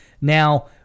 Now